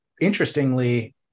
interestingly